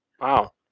Wow